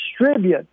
distribute